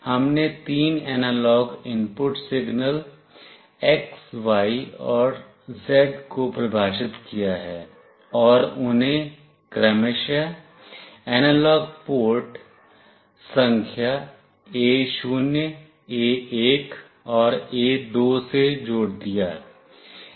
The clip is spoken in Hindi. हमने तीन analogue input signal x y z को परिभाषित किया और उन्हें क्रमशः एनालॉग पोर्ट संख्या A0 A1 और A2 से जोड़ दिया